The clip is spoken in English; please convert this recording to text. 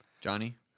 Johnny